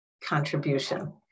contribution